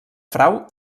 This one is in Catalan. frau